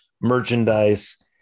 merchandise